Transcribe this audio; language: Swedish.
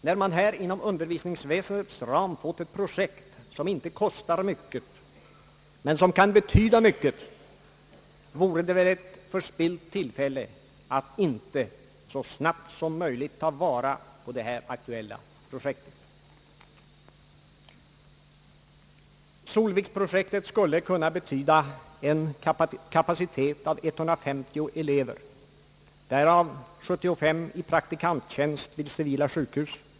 När man här inom undervisningsväsendets ram fått ett projekt som inte kostar mycket men som kan betyda mycket, vore det väl ett förspillt tillfälle att inte så snabbt som möjligt ta vara på det här aktuella projektet. Solviksprojektet skulle kunna betyda en utbildningskapacitet för 150 elever, därav 75 i praktikanttjänst vid civila sjukhus.